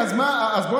למה?